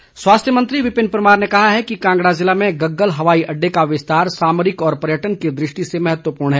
परमार स्वास्थ्य मंत्री विपिन परमार ने कहा है कि कांगड़ा जिले में गगल हवाई अड़डे का विस्तार सामरिक व पर्यटन की दृष्टि से महत्वपूर्ण है